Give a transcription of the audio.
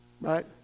Right